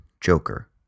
joker